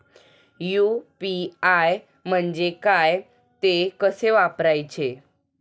UPI म्हणजे काय, ते कसे वापरायचे?